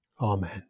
Amen